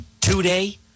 today